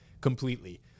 completely